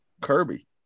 Kirby